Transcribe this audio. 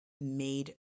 made